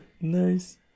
Nice